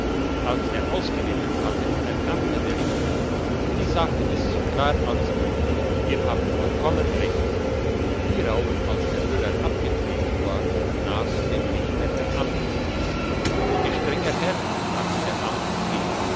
als er ausgeredet hatte erkannte der richter die sache ist so klar als möglich ihr habt vollkommen redet hierauf als der müller abgetreten war nahte dem richter der amtsdiener gestrenger herr sagte der